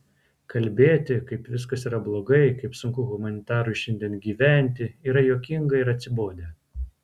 kalbėti kaip viskas yra blogai kaip sunku humanitarui šiandien gyventi yra juokinga ir atsibodę